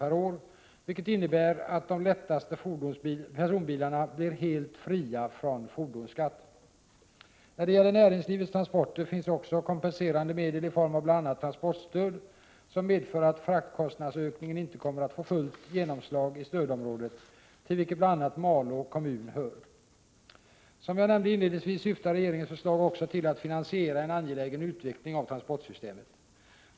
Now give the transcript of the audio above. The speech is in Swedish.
per år, vilket innebär att de lättaste personbilarna blir helt fria från fordonsskatt. När det gäller näringslivets transporter finns också kompenserande medel i form av bl.a. transportstöd som medför att fraktkostnadsökningen inte kommer att få fullt genomslag i stödområdet, till vilket bl.a. Malå kommun hör. Som jag nämnde inledningsvis syftar regeringens förslag också till att finansiera en angelägen utveckling av transportsystemet.